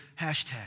hashtag